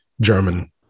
German